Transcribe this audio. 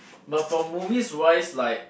but for movies why is like